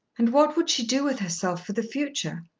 and what would she do with herself for the future?